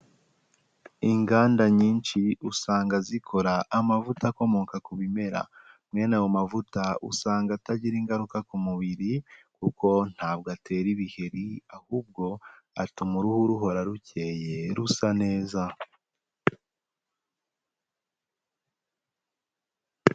Inganda nyinshi usanga zikora amavuta akomoka ku bimera, mwene ayo mavuta usanga atagira ingaruka ku mubiri kuko ntabwo atera ibiheri ahubwo atuma uruhu ruhora rukeye rusa neza.